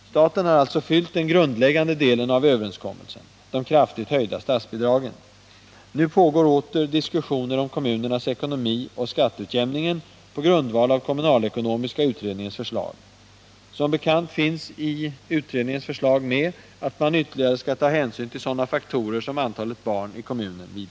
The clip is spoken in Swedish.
Staten har alltså uppfyllt den grundläggande delen av överenskommelsen, de kraftigt höjda statsbidragen. Nu pågår åter diskussioner om kommunernas ekonomi och skatteutjämning på grundval av kommunalekonomiska utredningens förslag. Som bekant finns det med i utredningens förslag att man vid skatteutjämningen ytterligare skall ta hänsyn till sådana faktorer som antalet barn.